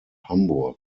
hamburg